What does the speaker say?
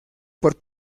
por